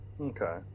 Okay